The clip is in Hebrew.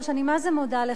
אני מה-זה מודה לך,